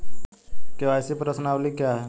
KYC प्रश्नावली क्या है?